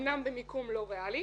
אמנם במיקום לא ריאלי